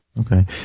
Okay